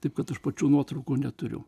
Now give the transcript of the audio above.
taip kad aš pačių nuotraukų neturiu